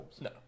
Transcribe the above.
No